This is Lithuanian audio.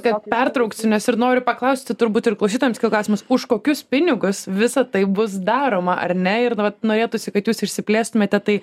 kad pertrauksiu nes ir noriu paklausti turbūt ir klausytojams kilo klausimas už kokius pinigus visa tai bus daroma ar ne ir vat norėtųsi kad jūs išsiplėstumėte tai